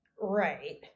Right